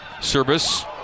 Service